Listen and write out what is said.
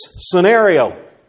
scenario